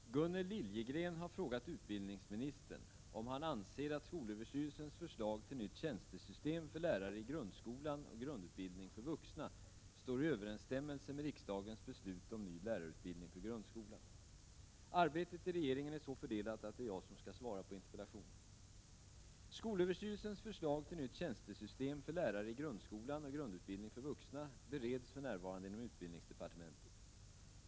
Herr talman! Gunnel Liljegren har frågat utbildningsministern om han anser att skolöverstyrelsens förslag till nytt tjänstesystem för lärare i grundskolan och grundutbildning för vuxna står i överensstämmelse med riksdagens beslut om ny lärarutbildning för grundskolan. Arbetet i regeringen är så fördelat att det är jag som skall svara på interpellationen. Skolöverstyrelsens förslag till nytt tjänstesystem för lärare i grundskolan och grundutbildning för vuxna bereds för närvarande inom utbildningsdepartementet.